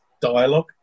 dialogue